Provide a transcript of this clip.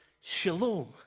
shalom